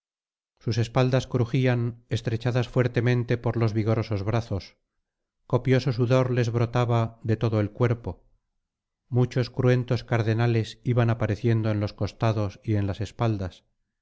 sus espaldas crujían estrechadas fuertemente por los vigorosos brazos copioso sudor les brotaba de todo el cuerpo muchos cruentos cardenales iban apareciendo en los costados y en las espaldas